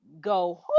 go